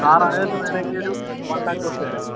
സാറായതുകൊണ്ട് വേണമെങ്കില് ഒരു വൺ ലാക്ക് കുറച്ചു തരാം